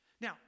Now